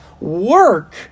Work